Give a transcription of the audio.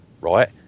right